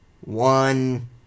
One